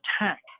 attack